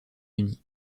unis